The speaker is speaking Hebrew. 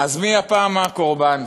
אז מי הפעם הקורבן?